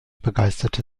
begeisterte